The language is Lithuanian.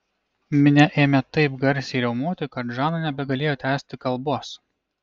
minia ėmė taip garsiai riaumoti kad žana nebegalėjo tęsti kalbos